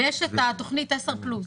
ויש את התוכנית עשר פלוס.